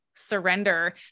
Surrender